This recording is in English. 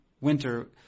winter